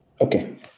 Okay